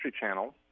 Channel